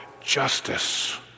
Justice